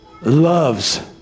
loves